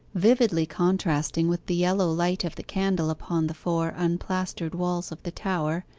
vividly contrasting with the yellow light of the candle upon the four unplastered walls of the tower,